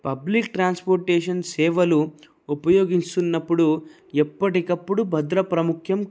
public transportation సేవలు ఉపయోగిస్తున్నప్పుడు ఎప్పటికప్పుడు భద్ర ప్రాముఖ్యం